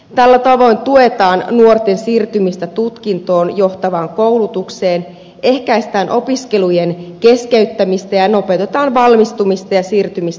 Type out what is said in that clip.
tällä tavoin tuetaan nuorten siirtymistä tutkintoon johtavaan koulutukseen ehkäistään opiskelujen keskeyttämistä ja nopeutetaan valmistumista ja siirtymistä työelämään